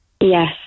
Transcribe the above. Yes